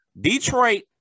Detroit